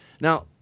Now